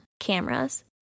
cameras